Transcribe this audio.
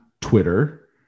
Twitter